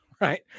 right